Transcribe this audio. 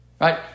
Right